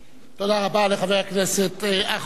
תודה רבה לחבר הכנסת אחמד דבאח.